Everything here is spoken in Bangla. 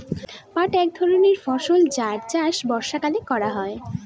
পাট এক ধরনের ফসল যার চাষ বর্ষাকালে হয়